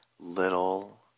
little